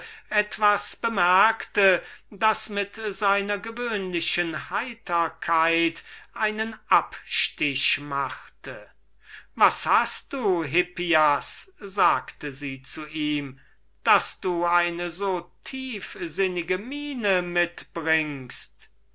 etwas bemerkte das mit seiner gewöhnlichen heiterkeit einen absatz machte was hast du hippias sagte sie zu ihm daß du eine so tiefsinnige miene mitbringst